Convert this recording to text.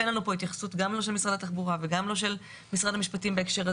אין לנו פה התייחסות של משרד התחבורה ושל משרד המשפטים בהקשר הזה.